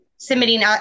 submitting